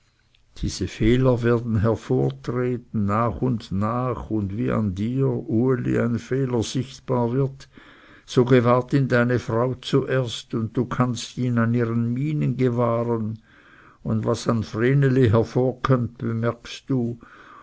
diese fehler werden hervortreten nach und nach und wie an dir uli ein fehler sichtbar wird so gewahrt ihn deine frau zuerst und du kannst ihn an ihren mienen gewahren und was an vreneli hervorkömmt bemerkst du